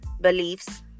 beliefs